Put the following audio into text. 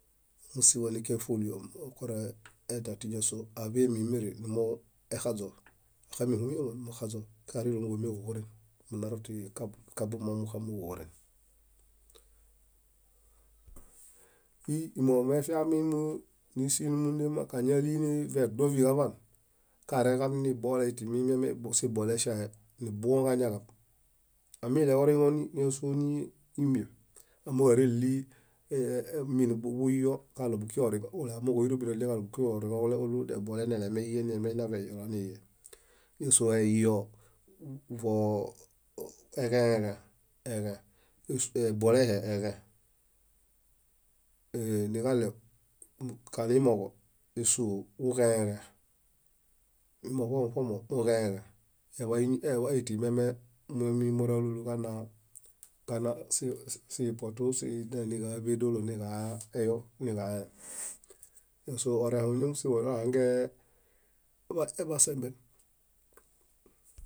Mósimo kiaġe fólio okoredia tíñasoo áḃemimiri numuexaźo, áxamihoyemo numuxaźo munarutikabuma nuġuxamiġuhoren. Íi moefiami nísimundema káñali nimumuduo mími kaḃaan, kareġab nibolay timiame sibolay siahe nibuõ kañaġab. Amileoriŋo ñásoo ímieṗ amooġo áreɭi buyio amooġo óirobiḃi náɭiġaɭo búkiġi oriŋoġule oɭudebolay nelemeyi nemena vehielo. Ñásoo ehiewo voo eġeyeġẽ, ñásoo ibolahe eġẽ. Niġaɭe kalimoġo ésuowo kuġeyeġẽ. Mimo ṗomo ṗomo muġeyeġẽ. Eḃayu timeme ímimoralulu kana sipotu níġaḃedolo, niġayo. Ñásoo mósimo orẽho nohaŋeḃasembe.